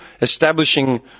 establishing